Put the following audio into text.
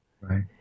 Right